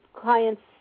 clients